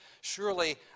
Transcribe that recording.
Surely